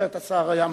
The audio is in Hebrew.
אחרת השר היה מבקש.